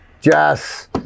Jess